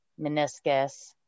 meniscus